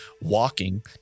walking